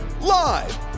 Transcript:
Live